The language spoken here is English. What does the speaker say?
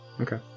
Okay